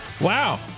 Wow